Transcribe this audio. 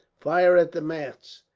fire at the masts,